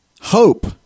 Hope